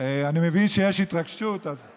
אני מבין שיש התרגשות, אז,